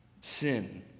sin